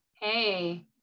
hey